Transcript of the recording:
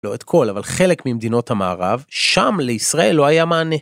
לא את כל, אבל חלק ממדינות המערב, שם לישראל לא היה מענה.